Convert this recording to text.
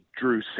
Drew